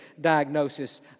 diagnosis